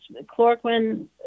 chloroquine